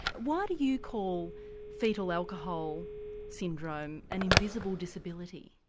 why do you call foetal alcohol syndrome an invisible disability?